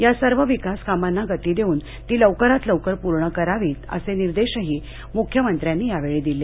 या सर्व विकास कामांना गती देऊन ती लवकरात लवकर पूर्ण करावीत असे निर्देशही मुख्यमंत्र्यांनी यावेळी दिले